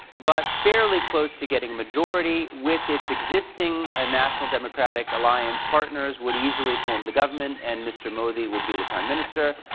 but fairly close to getting majority. with its existing ah national democratic alliance partners would easily form the government and mr. modi would be the prime minister.